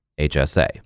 HSA